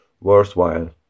worthwhile